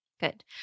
Good